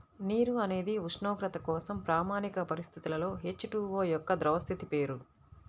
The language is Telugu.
నీరు అనేది ఉష్ణోగ్రత కోసం ప్రామాణిక పరిస్థితులలో హెచ్.టు.ఓ యొక్క ద్రవ స్థితి పేరు